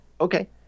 Okay